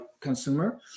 consumer